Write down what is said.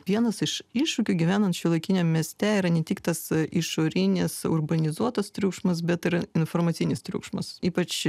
vienas iš iššūkių gyvenant šiuolaikiniam mieste yra ne tik tas išorinis urbanizuotas triukšmas bet ir informacinis triukšmas ypač